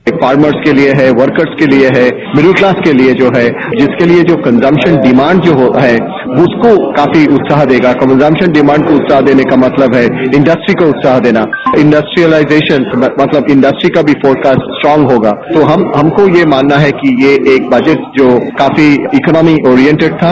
ये फार्मर्स के लिए है वर्कर्स के लिए है मिडिल क्लास के लिए जो है जिसके लिए कंजमस्न डिमांड जो है उसको काफी जत्साह देगा कंजमस्न डिमांड को उत्साह देने का मतलब है इंडस्ट्रीज को उत्साह देना इंडस्ट्रिएलाइजेशन मतलब इंडस्ट्रीज का भी फोरकास्ट स्ट्रांग होगा तो हमको यह मानना है कि ये एक बजट जो काफी इकोनॉमी ओरिएंटेड था